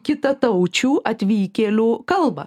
kitataučių atvykėlių kalbą